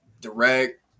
direct